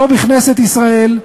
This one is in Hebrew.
לא בכנסת ישראל.